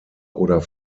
oder